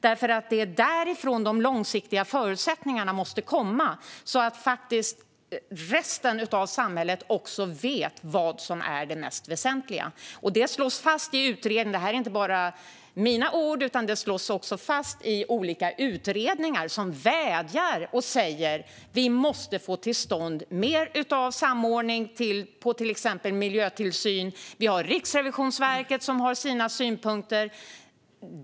Det är nämligen därifrån de långsiktiga förutsättningarna måste komma så att resten av samhället också vet vad som är det mest väsentliga. Det här är inte bara mina ord, utan det slås också fast i olika utredningar som vädjar och säger att vi måste få till stånd mer av samordning när det gäller till exempel miljötillsyn. Även Riksrevisionen har sina synpunkter.